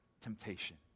temptation